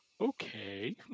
okay